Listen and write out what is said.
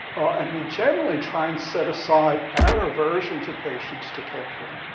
and we generally try and set aside our aversion to patients to care for them.